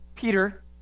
Peter